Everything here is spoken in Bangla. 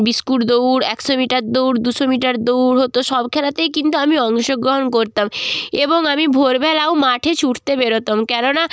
বিস্কুট দৌড় একশো মিটার দৌড় দুশো মিটার দৌড় হতো সব খেলাতেই কিন্তু আমি অংশগ্রহণ করতাম এবং আমি ভোরবেলাও মাঠে ছুটতে বেরোতাম কেননা